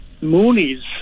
Mooney's